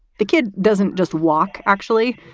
the kid doesn't just walk actually,